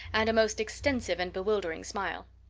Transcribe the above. and a most extensive and bewildering smile.